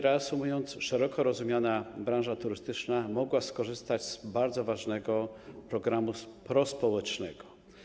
Reasumując, szeroko rozumiana branża turystyczna mogła skorzystać z bardzo ważnego programu prospołecznego.